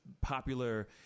popular